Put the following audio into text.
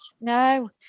No